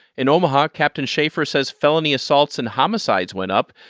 in omaha, captain shaffer says felony assaults and homicides went up.